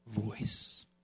voice